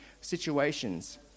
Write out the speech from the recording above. situations